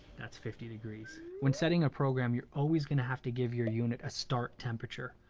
that's fifty degrees. when setting a program, you're always gonna have to give your unit a start temperature.